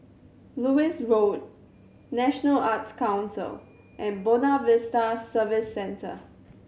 Lewis Road National Arts Council and Buona Vista Service Centre